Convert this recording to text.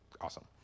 Awesome